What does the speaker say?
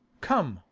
come,